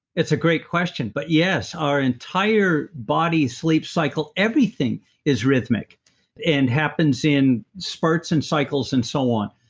it's a great question, but yes, our entire body sleep cycle, everything is rhythmic and happens in spurts and cycles and so on.